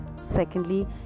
Secondly